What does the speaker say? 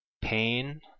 pain